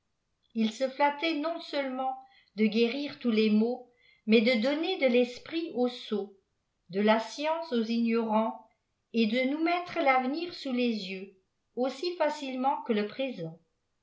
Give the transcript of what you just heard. il se flattait non-seulement de guérir tous les maux mais de donner de l'esprit aux sots de la science aux ignorants et de nous mettre l'avenir sous lés yeux aussi facilement que le présent